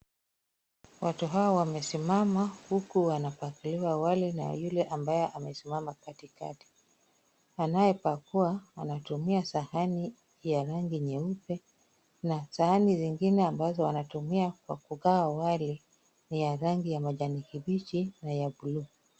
Watu hawa wamesimama huku wanapakuliwa wali na yule ambaye amesimama katikati. Anayepakua anatumia sahani ya rangi nyeupe na sahani zingine ambazo wanatumia kwa kugawa wali ni ya rangi ya kijani kibichi na ya buluu.